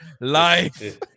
life